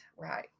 right